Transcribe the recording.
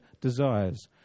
desires